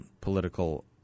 political